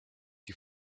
you